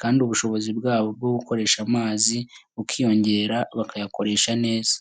kandi ubushobozi bwabo bwo gukoresha amazi bukiyongera bakayakoresha neza.